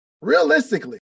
Realistically